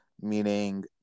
meaning